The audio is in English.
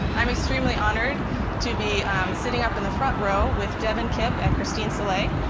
i'm extremely honored to be um sitting up in the front row with devin kipp and christine szalai,